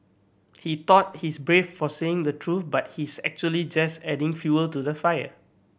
he thought he's brave for saying the truth but he's actually just adding fuel to the fire